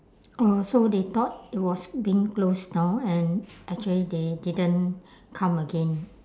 oh so they thought it was being closed down and actually they didn't come again